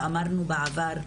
אמרנו בעבר,